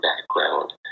background